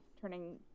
turning